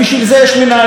במצב של חירום,